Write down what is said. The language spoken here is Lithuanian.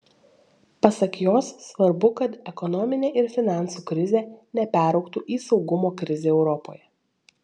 pasak jos svarbu kad ekonominė ir finansų krizė neperaugtų į saugumo krizę europoje